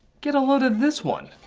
get a load of this one.